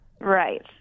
right